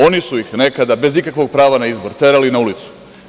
Oni su ih nekada, bez ikakvog prava na izbor, terali na ulicu.